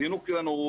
נקודת הזינוק שלנו,